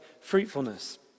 fruitfulness